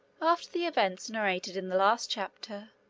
a fter the events narrated in the last chapter,